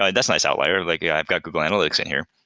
ah that's nice, outlier. like yeah i've got google analytics in here.